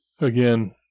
again